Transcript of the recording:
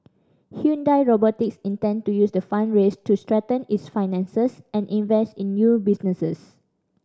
Hyundai Robotics intend to use the fund raised to strengthen its finances and invest in new businesses